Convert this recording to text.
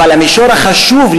אבל המישור החשוב,